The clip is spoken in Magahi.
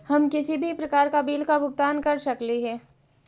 हम किसी भी प्रकार का बिल का भुगतान कर सकली हे?